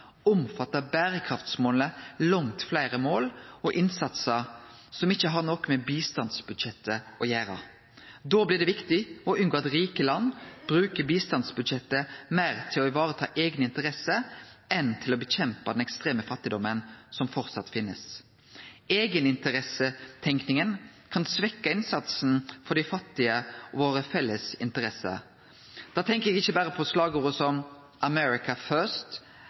omfattar berekraftsmåla langt fleire mål og innsatsar som ikkje har noko med bistandsbudsjettet å gjere. Da blir det viktig å unngå at rike land bruker bistandsbudsjettet meir til å vareta eigne interesser enn til å kjempe mot den ekstreme fattigdomen som fortsatt finst. Eigeninteressetenkinga kan svekkje innsatsen for dei fattige og våre felles interesser. Da tenkjer eg ikkje berre på slagord som